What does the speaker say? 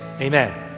amen